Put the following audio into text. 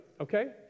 okay